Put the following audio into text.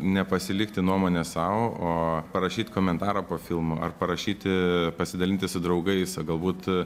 nepasilikti nuomonę sau o parašyt komentarą po filmo ar parašyti pasidalinti su draugais galbūt